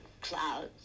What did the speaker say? clouds